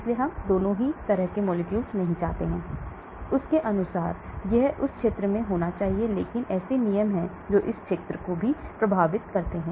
इसलिए हम दोनों नहीं चाहते हैं इसलिए उनके अनुसार यह इस क्षेत्र में होना चाहिए लेकिन ऐसे नियम हैं जो इस क्षेत्र को भी प्रभावित करते हैं